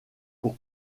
pour